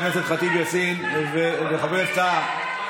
חברת הכנסת ח'טיב יאסין וחבר הכנסת טאהא,